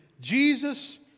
Jesus